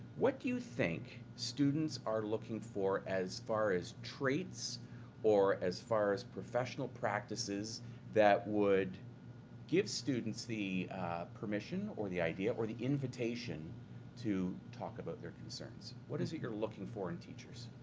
what do you think students are looking for as far as traits or as far as professional practices that would give students the permission or the idea or the invitation to talk about their concerns? what is it you're looking for in teachers?